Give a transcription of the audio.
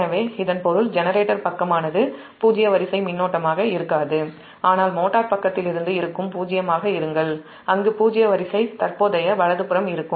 எனவே இதன் பொருள் ஜெனரேட்டர் பக்கமானது பூஜ்ஜிய வரிசை மின்னோட்டமாக இருக்காது ஆனால் மோட்டார் பக்கத்திலிருந்து பூஜ்ஜியமாக இருக்கும் அங்கு பூஜ்ஜிய வரிசை தற்போதைய வலதுபுறம் இருக்கும்